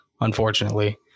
unfortunately